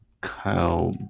Kyle